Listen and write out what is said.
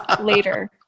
later